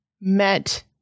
met